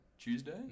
Tuesday